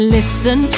Listen